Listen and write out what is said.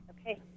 Okay